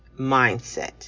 mindset